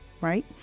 right